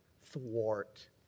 thwart